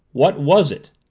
what was it!